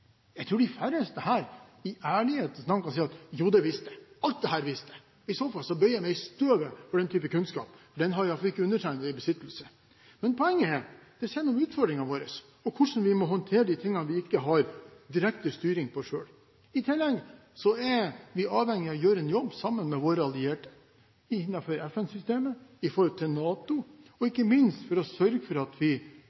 Jeg tror de færreste her i ærlighetens navn kan si: Jo, det visste jeg. Alt dette visste jeg. I så fall bøyer jeg meg i støvet for den type kunnskap, for den har i hvert fall ikke undertegnede i besittelse. Poenget er at det skjer noe med utfordringene våre, og hvordan vi må håndtere det vi ikke har direkte styring på selv. I tillegg er vi avhengig av å gjøre en jobb sammen med våre allierte, innenfor FN-systemet og i forhold til NATO, og